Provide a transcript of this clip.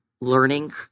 learning